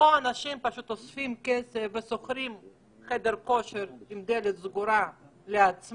יש אנשים ששוכרים חדר כושר עם דלת סגורה לעצמם.